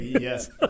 Yes